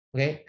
Okay